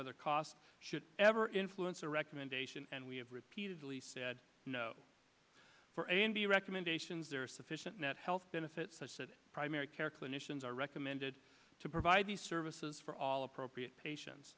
whether cost should ever influence a recommendation and we have repeatedly said no for and the recommendations there are sufficient net health benefits such that primary care clinicians are recommended to provide the services for all appropriate patien